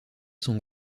son